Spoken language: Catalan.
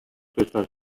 festes